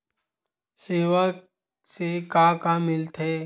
सेवा से का का मिलथे?